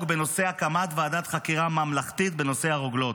להקמת ועדת חקירה ממלכתית בנושא הרוגלות,